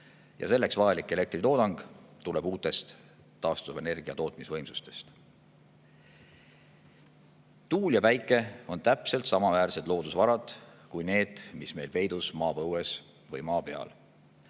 Ja selleks vajalik elektritoodang tuleb uutest taastuvenergia tootmisvõimsustest. Tuul ja päike on täpselt samaväärsed loodusvarad kui need, mis meil peidus maapõues või maa peal.